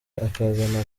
akazana